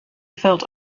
felt